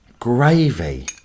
gravy